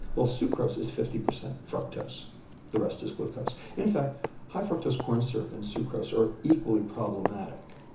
well sucrose is fifty percent fructose the rest is glucose. in fact high fructose corn syrup and sucrose are equally problematic.